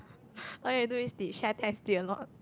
all you all do is the share test did a lot